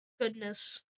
goodness